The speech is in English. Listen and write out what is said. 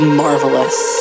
marvelous